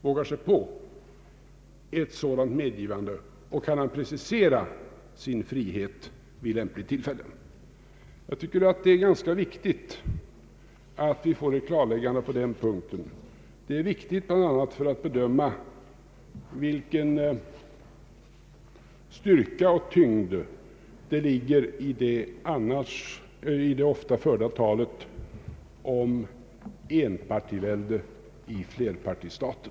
Vågar han sig på ett sådant medgivande och kan han precisera sin frihet vid lämpligt tillfälle? Jag tycker att det är ganska viktigt att vi får ett klarläggande på den punkten. Det är viktigt bl.a. när det gäller att bedöma vilken styrka och tyngd som ligger i det annars ofta förda talet om enpartiväldet i flerpartistaten.